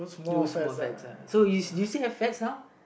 lose more fats uh so you you still have fats now